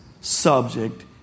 subject